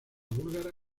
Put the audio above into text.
búlgara